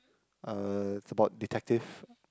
uh it's about detective